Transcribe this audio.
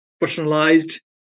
personalized